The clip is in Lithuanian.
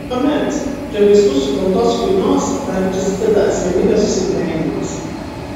tuomet prie vaistų sukeltos chuinios dar prisideda asmenybės susidvejinimas